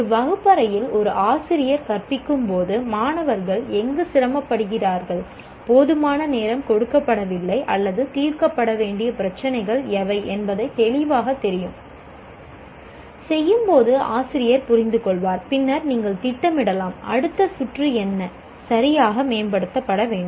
ஒரு வகுப்பறையில் ஒரு ஆசிரியர் கற்பிக்கும் போது மாணவர்கள் எங்கு சிரமப்படுகிறார்கள் போதுமான நேரம் கொடுக்கப்படவில்லை அல்லது தீர்க்கப்பட வேண்டிய பிரச்சினைகள் எவை என்பது தெளிவாகத் தெரியும் செய்யும் போது ஆசிரியர் புரிந்துகொள்வார் பின்னர் நீங்கள் திட்டமிடலாம் அடுத்த சுற்று என்ன சரியாக மேம்படுத்தப்பட வேண்டும்